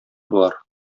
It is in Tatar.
болар